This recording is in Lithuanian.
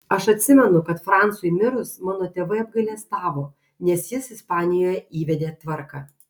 aš atsimenu kad francui mirus mano tėvai apgailestavo nes jis ispanijoje įvedė tvarką